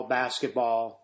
basketball